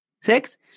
Six